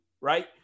right